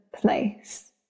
place